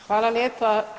Hvala lijepa.